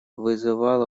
вызывало